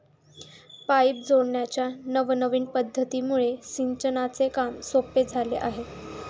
pipe जोडण्याच्या नवनविन पध्दतीमुळे सिंचनाचे काम सोपे झाले आहे